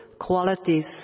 qualities